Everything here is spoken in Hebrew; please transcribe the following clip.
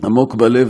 עמוק בלב,